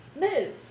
Move